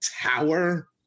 tower